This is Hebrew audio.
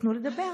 תנו לדבר.